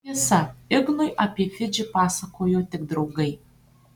tiesa ignui apie fidžį pasakojo tik draugai